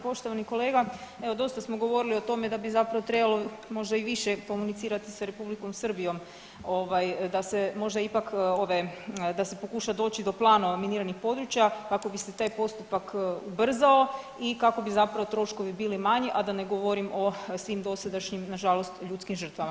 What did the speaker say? Poštovani kolega, evo dosta smo govorili o tome da bi zapravo trebalo možda i više komunicirati sa Republikom Srbijom ovaj da se možda ipak ove, da se pokuša doći do plana miniranih područja kako bi se taj postupak ubrzao i kako bi zapravo troškovi bili manji, a da ne govorim o svim dosadašnjim na žalost ljudskim žrtvama.